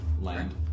land